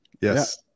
Yes